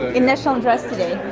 in national dress today.